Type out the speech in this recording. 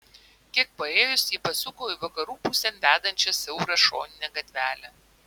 kiek paėjus ji pasuko į vakarų pusėn vedančią siaurą šoninę gatvelę